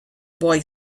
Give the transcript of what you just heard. boy